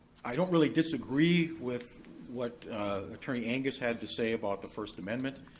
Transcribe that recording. i don't really disagree with what attorney angus had to say about the first amendment.